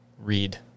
read